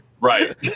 Right